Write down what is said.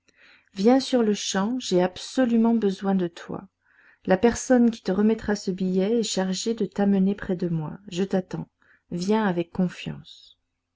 viens sur-le-champ j'ai absolument besoin de toi la personne qui te remettra ce billet est chargée de t'amener près de moi je t'attends viens avec confiance